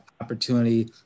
opportunity